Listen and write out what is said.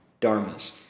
dharmas